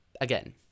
Again